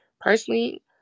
personally